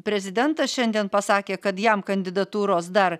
prezidentas šiandien pasakė kad jam kandidatūros dar